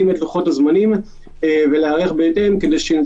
ועכשיו, כשאני